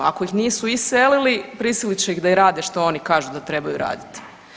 Ako ih nisu iselili prisilit će ih da rade što oni kažu da trebaju raditi.